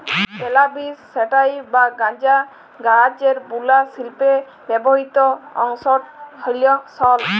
ক্যালাবিস স্যাটাইভ বা গাঁজা গাহাচের বুলা শিল্পে ব্যাবহিত অংশট হ্যল সল